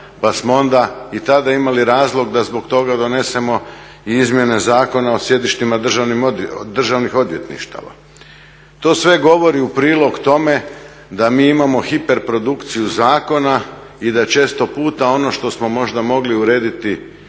pa smo onda i tada imali razlog da zbog toga donesemo i izmjene Zakona o sjedištima državnih odvjetništava. To sve govori u prilog tome da mi imamo hiperprodukciju zakona i da često puta ono što smo možda mogli urediti